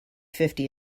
fifty